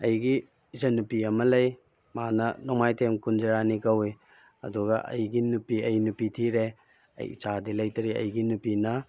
ꯑꯩꯒꯤ ꯏꯆꯟ ꯅꯨꯄꯤ ꯑꯃ ꯂꯩ ꯃꯥꯅ ꯅꯣꯡꯃꯥꯏꯊꯦꯝ ꯀꯨꯟꯖꯔꯥꯅꯤ ꯀꯧꯏ ꯑꯗꯨꯒ ꯑꯩꯒꯤ ꯅꯨꯄꯤ ꯑꯩ ꯅꯨꯄꯤ ꯊꯤꯔꯦ ꯑꯩ ꯏꯆꯥꯗꯤ ꯂꯩꯇ꯭ꯔꯤ ꯑꯩꯒꯤ ꯅꯨꯄꯤꯅ